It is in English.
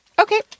Okay